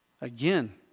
Again